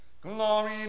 Glory